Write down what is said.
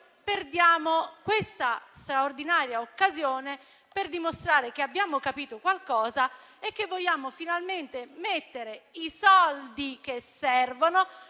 perdiamo questa straordinaria occasione per dimostrare che abbiamo capito qualcosa e che vogliamo finalmente stanziare i soldi che servono